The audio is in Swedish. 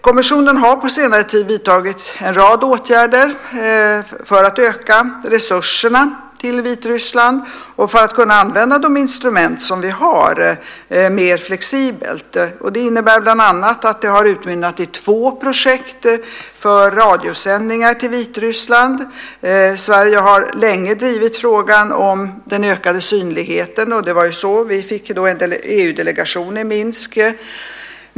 Kommissionen har på senare tid vidtagit en rad åtgärder för att öka resurserna till Vitryssland och för att mer flexibelt kunna använda de instrument som vi har. Det har bland annat utmynnat i två projekt för radiosändningar till Vitryssland. Sverige har länge drivit frågan om den ökade synligheten, och det var också så vi fick en EU-delegation i Minsk.